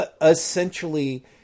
essentially